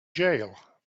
jail